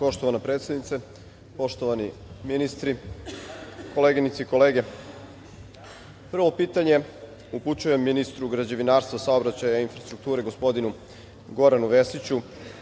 Hvala. Poštovana predsednice, poštovani ministri, koleginice i kolege, prvo pitanje upućujem ministru građevinarstva, saobraćaja i infrastrukture, gospodinu Goranu Vesiću